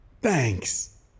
thanks